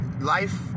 life